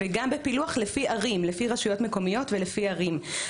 וגם בפילוח לפי רשויות מקומיות ולפי ערים.